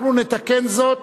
אנחנו נתקן זאת